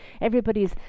everybody's